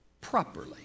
properly